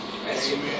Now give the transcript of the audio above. amen